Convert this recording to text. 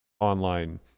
online